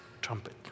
trumpet